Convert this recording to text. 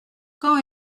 quand